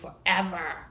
forever